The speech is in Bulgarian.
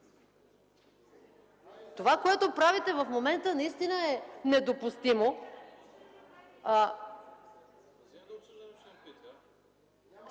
Това, което правите в момента, наистина е недопустимо.